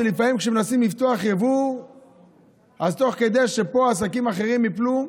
לפעמים כשמנסים לפתוח יבוא תוך כדי שפה עסקים אחרים ייפלו,